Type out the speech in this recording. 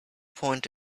point